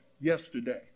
yesterday